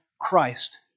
Christ